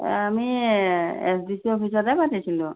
আমি S D C অফিচতে পাতিছিলোঁ